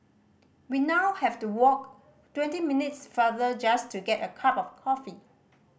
we now have to walk twenty minutes farther just to get a cup of coffee